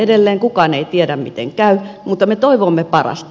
edelleen kukaan ei tiedä miten käy mutta me toivomme parasta